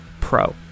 pro